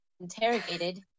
interrogated